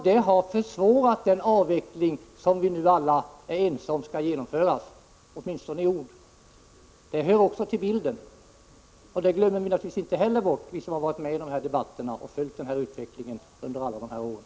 Detta har försvårat den avveckling som nu alla är ense om — åtminstone i ord — skall genomföras. Det hör också till bilden, och det glömmer vi naturligtvis inte heller bort, vi som varit med i debatten och följt utvecklingen under alla de här åren.